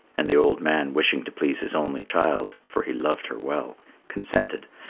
and the old man, wishing to please his only child for he loved her well consented,